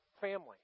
family